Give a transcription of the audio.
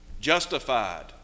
justified